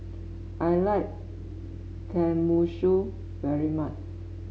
I like Tenmusu very much